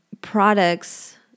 products